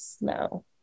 No